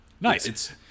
Nice